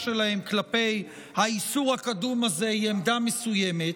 שלהם כלפי האיסור הקדום הזה היא עמדה מסוימת,